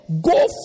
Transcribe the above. go